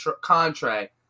contract